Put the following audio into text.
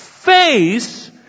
face